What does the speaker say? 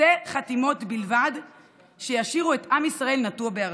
שתי חתימות בלבד ישאירו את עם ישראל נטוע בארצו.